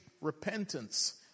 repentance